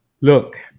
look